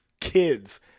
kids